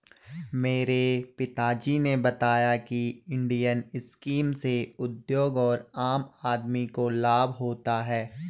मेरे पिता जी ने बताया की इंडियन स्कीम से उद्योग और आम आदमी को लाभ होता है